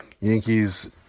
Yankees